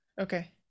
Okay